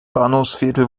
bahnhofsviertel